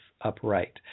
upright